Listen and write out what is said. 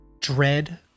dread